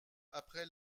après